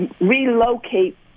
relocate